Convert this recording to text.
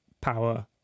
power